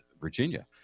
Virginia